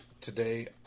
Today